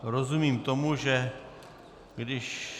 Rozumím tomu, že když...